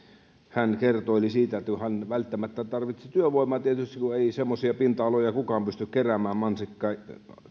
kertoili siitä että kun hän välttämättä tarvitsi työvoimaa kun ei tietenkään semmoisia pinta aloja kukaan pysty keräämään mansikkaa